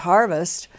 Harvest